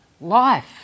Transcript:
life